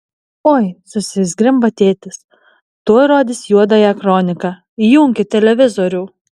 oi susizgrimba tėtis tuoj rodys juodąją kroniką įjunkit televizorių